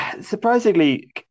surprisingly